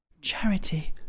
Charity